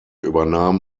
übernahm